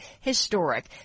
historic